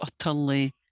utterly